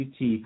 UT